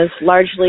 largely